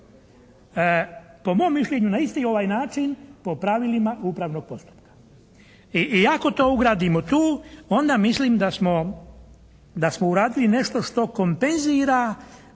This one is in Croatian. po mom mišljenju na isti ovaj način po pravilima upravnog postupka i ako to ugradimo tu onda mislim da smo uradili nešto što kompenzira